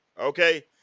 Okay